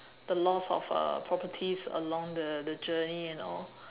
the loss of uh properties along the the journey and all